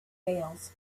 veils